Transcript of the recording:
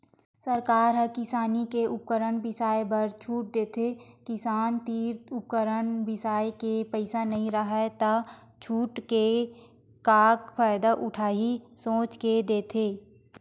सरकार ह किसानी के उपकरन बिसाए बर छूट देथे किसान तीर उपकरन बिसाए के पइसा नइ राहय त छूट के का फायदा उठाही सोच के देथे